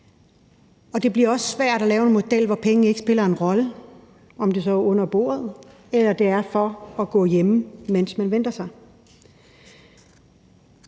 og det bliver også svært at lave en model, hvor penge ikke spiller en rolle, om det så drejer sig om penge under bordet, eller om det er for at kunne gå hjemme, mens man venter sig.